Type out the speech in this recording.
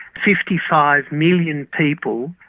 fifty five million people.